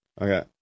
Okay